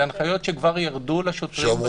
אלו הנחיות שכבר ירדו לשוטרים.